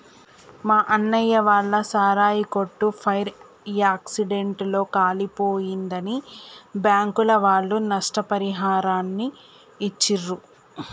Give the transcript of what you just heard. మా అన్నయ్య వాళ్ళ సారాయి కొట్టు ఫైర్ యాక్సిడెంట్ లో కాలిపోయిందని బ్యాంకుల వాళ్ళు నష్టపరిహారాన్ని ఇచ్చిర్రు